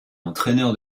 entraîneur